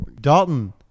dalton